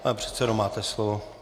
Pane předsedo, máte slovo.